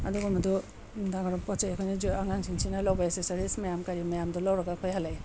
ꯑꯗꯨꯒꯨꯝꯕꯗꯣ ꯅꯨꯡꯗꯥꯡ ꯋꯥꯏꯔꯝ ꯄꯣꯠ ꯆꯩ ꯑꯩꯈꯣꯏꯅ ꯑꯉꯥꯡꯁꯤꯡꯁꯤꯅ ꯂꯧꯕ ꯑꯦꯁꯁꯔꯤꯁ ꯃꯌꯥꯝ ꯀꯔꯤ ꯃꯌꯥꯝꯗꯣ ꯂꯧꯔꯒ ꯑꯩꯈꯣꯏ ꯍꯜꯂꯛꯑꯦ